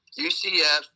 UCF